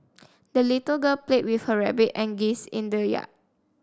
the little girl played with her rabbit and geese in the yard